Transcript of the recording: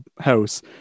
house